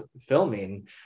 filming